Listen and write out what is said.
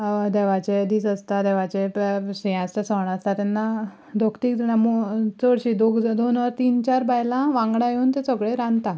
देवाचे दीस आसता देवाचे सण आसता तेन्ना दोग तीग जाणां चडशे दोन वा तीन चार बायलां वांगडा येवन थंय सगळें रांदता